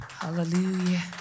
Hallelujah